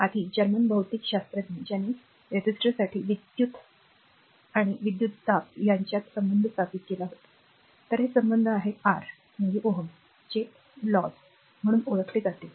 आधी जर्मन भौतिकशास्त्रज्ञ ज्याने विद्युत्विरोधक आणि विद्युत् विद्युत् विद्युत्विरोधक यांच्यात संबंध स्थापित केला होताबरोबर तर हे संबंध आर Ω चे नियम म्हणून ओळखले जातील